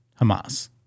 Hamas